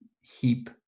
heap